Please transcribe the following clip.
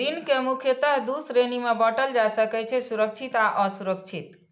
ऋण कें मुख्यतः दू श्रेणी मे बांटल जा सकै छै, सुरक्षित आ असुरक्षित